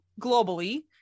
globally